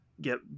get